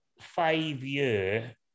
five-year